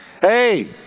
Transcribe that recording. Hey